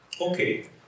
Okay